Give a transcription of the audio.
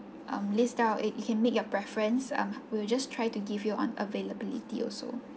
um list out it you can make your preference um we'll just try to give you on availability also